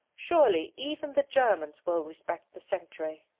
surely even the germans will respect the sanctuary.